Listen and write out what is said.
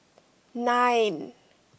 nine